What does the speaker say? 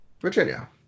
Virginia